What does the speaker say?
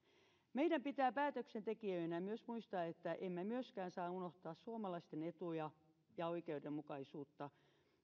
meidän pitää päätöksentekijöinä myös muistaa että emme myöskään saa unohtaa suomalaisten etuja ja oikeudenmukaisuutta